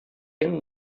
and